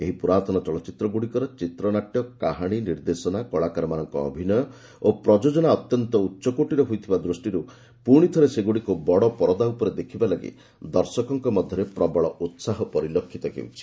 ଏହି ପୁରାତନ ଚଳଚ୍ଚିତ୍ରଗୁଡ଼ିକର ଚିତ୍ରନାଟ୍ୟ କାହାଣୀ ନିର୍ଦ୍ଦେଶନା କଳାକାରମାନଙ୍କ ଅଭିନୟ ଓ ପ୍ରଯୋଜନା ଅତ୍ୟନ୍ତ ଉଚ୍ଚକୋଟୀର ହୋଇଥିବା ଦୃଷ୍ଟିରୁ ପୁଣିଥରେ ସେଗୁଡ଼ିକୁ ବଡ଼ପରଦା ଉପରେ ଦେଖିବା ଲାଗି ଦର୍ଶକଙ୍କ ମଧ୍ୟରେ ପ୍ରବଳ ଉତ୍ପାହ ପରିଲକ୍ଷିତ ହେଉଛି